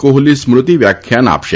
કોહલી સ્મૃતિ વ્યાખ્યાન આપશે